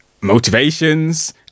motivations